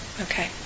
okay